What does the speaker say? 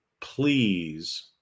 please